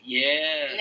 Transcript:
Yes